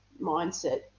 mindset